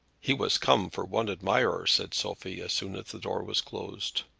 he was come for one admirer, said sophie, as soon as the door was closed.